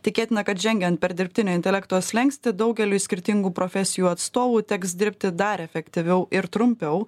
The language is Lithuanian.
tikėtina kad žengiant per dirbtinio intelekto slenkstį daugeliui skirtingų profesijų atstovų teks dirbti dar efektyviau ir trumpiau